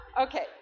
Okay